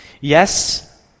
yes